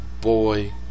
boy